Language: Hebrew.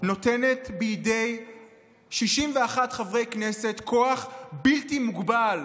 נותנת בידי 61 חברי כנסת כוח בלתי מוגבל,